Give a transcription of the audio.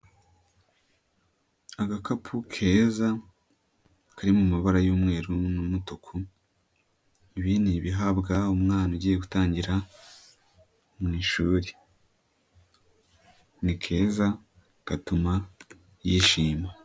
Agakapu keza kari mu mabara y'umweru n'umutuku, ibi ni ibihabwa umwana ugiye gutangira mu ishuri, ni keza gatuma yishima.